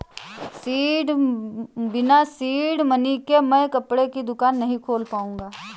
बिना seed money के मैं कपड़े की दुकान नही खोल पाऊंगा